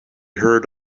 heard